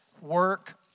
work